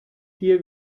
dir